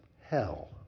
hell